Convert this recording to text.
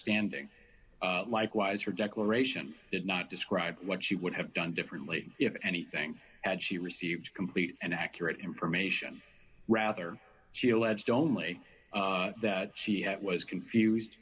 standing likewise her declarations did not describe what she would have done differently if anything had she received a complete and accurate information rather she alleged only that she was confused